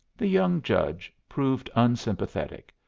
the young judge proved unsympathetic.